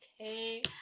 okay